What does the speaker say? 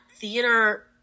theater